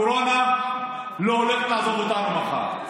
הקורונה לא הולכת לעזוב אותנו מחר.